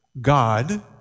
God